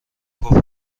گفت